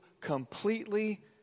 completely